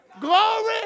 Glory